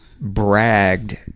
bragged